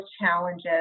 challenges